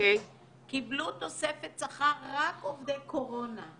קיבלו תוספת שכר רק עובדי קורונה.